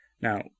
Now